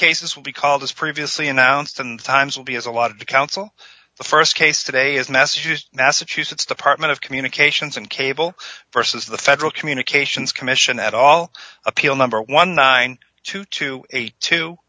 cases will be called as previously announced and times will be as a lot of the council the st case today is massachusetts massachusetts department of communications and cable versus the federal communications commission at all appeal number one